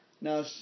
Now